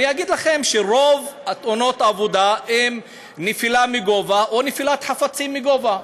אני אגיד לכם שרוב תאונות העבודה הן נפילה מגובה או נפילת חפצים מגובה.